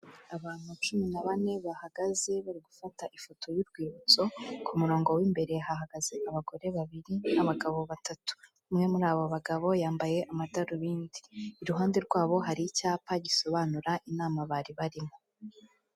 Abantu cumi na bane bahagaze bari gufata ifoto y'urwibutso, ku murongo w'imbere hahagaze abagore babiri n'abagabo batatu, umwe muri abo bagabo yambaye amadarubindi, iruhande rwabo hari icyapa gisobanura inama bari barimo.